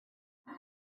where